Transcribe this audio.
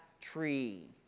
tree